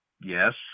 yes